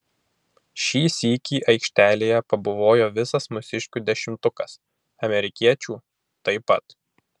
šį sykį aikštelėje pabuvojo visas mūsiškių dešimtukas amerikiečių taip pat